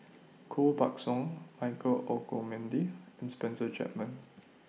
Koh Buck Song Michael Olcomendy and Spencer Chapman